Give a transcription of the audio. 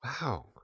Wow